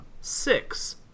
Six